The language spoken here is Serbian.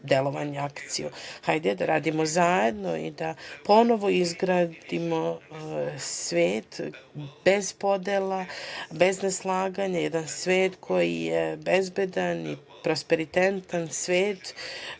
delovanje – akciju. Hajde da radimo zajedno i da ponovo izgradimo svet bez podela, bez neslaganja, jedan svet koji je bezbedan i prosperitetan, svet